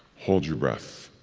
hold your breath.